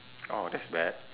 oh that's bad